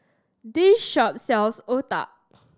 this shop sells Otah